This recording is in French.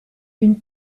une